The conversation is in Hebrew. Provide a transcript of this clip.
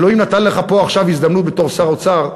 אלוהים נתן לך פה עכשיו הזדמנות בתור שר אוצר.